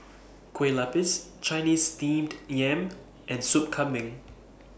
Kueh Lapis Chinese Steamed Yam and Sup Kambing